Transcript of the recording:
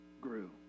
grew